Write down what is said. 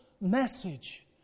message